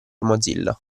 mozilla